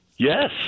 Yes